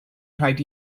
rhaid